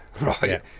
right